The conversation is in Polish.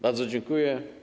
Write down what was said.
Bardzo dziękuję.